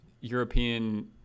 European